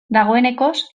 dagoenekoz